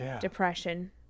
depression